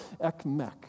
Ekmek